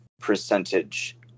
percentage